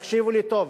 תקשיבו לי טוב: